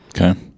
Okay